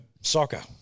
soccer